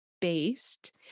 based